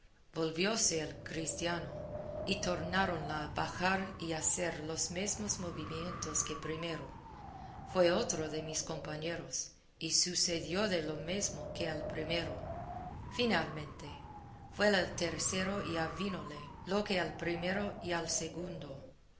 volvióse el cristiano y tornáronla a bajar y hacer los mesmos movimientos que primero fue otro de mis compañeros y sucedióle lo mesmo que al primero finalmente fue el tercero y avínole lo que al primero y al segundo